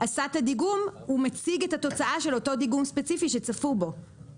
להפוך את התקנה לציוד רפואי לביצוע